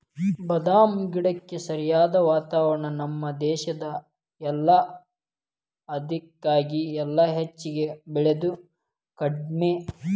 ಬಾದಾಮ ಗಿಡಕ್ಕ ಸರಿಯಾದ ವಾತಾವರಣ ನಮ್ಮ ದೇಶದಾಗ ಇಲ್ಲಾ ಅದಕ್ಕಾಗಿ ಇಲ್ಲಿ ಹೆಚ್ಚಾಗಿ ಬೇಳಿದು ಕಡ್ಮಿ